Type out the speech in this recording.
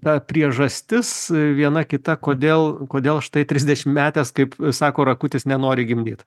ta priežastis viena kita kodėl kodėl štai trisdešimtmetės kaip sako rakutis nenori gimdyt